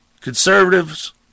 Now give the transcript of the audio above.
conservatives